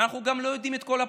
אנחנו גם לא יודעים את כל הפרטים.